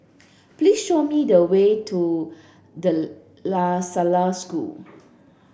please show me the way to De La Salle School